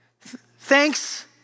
Thanks